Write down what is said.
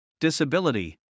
disability